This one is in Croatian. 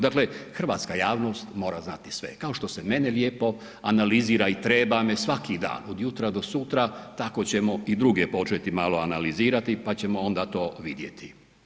Dakle, hrvatska javnost mora znati sve, kao što se mene lijepo analizira i treba me svaki dan od jutra do sutra, tako ćemo i druge početi malo analizirati, pa ćemo onda to vidjeti.